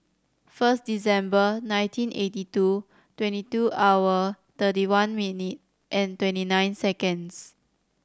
first Decenber nineteen eighty two twenty two hour thirty one minute and twenty nine seconds